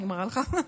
אני מראה לך,